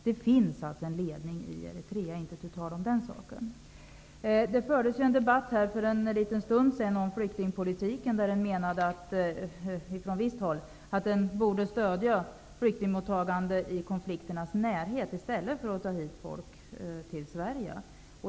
Det finns alltså en ledning i Eritrea, inte tu tal om den saken. Det fördes en debatt för en stund sedan om flyktingpolitiken. Ifrån visst håll menade man att vi borde stödja flyktingmottagande i konflikternas närhet i stället för att ta folk hit till Sverige.